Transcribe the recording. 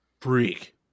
freak